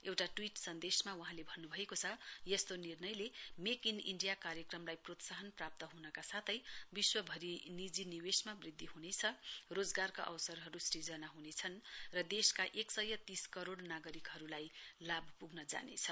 एउटा ट्वीट सन्देशमा वहाँले भन्न्भएको छ यस्तो निर्णयले मेक इन इण्डिया कार्यक्रमलाई प्रोत्सहान प्राप्त हनका साथै विश्वभरि निजी निवेशमा वृद्धि ह्नेछ रोजगारका अवसरहरू सूजना ह्नेछन् र देशका एक सय तीस करोड़ नागरिकहरूलाई लाभ प्ग्न जानेछ